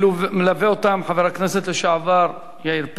מלווה אותם חבר הכנסת לשעבר יאיר פרץ,